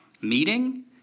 meeting